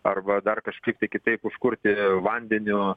arba dar kažkaip tai kitaip užkurti vandeniu